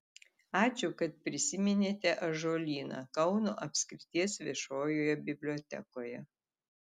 ačiū kad prisiminėte ąžuolyną kauno apskrities viešojoje bibliotekoje